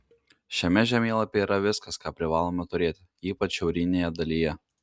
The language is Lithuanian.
šiame žemėlapyje yra viskas ką privalome turėti ypač šiaurinėje dalyje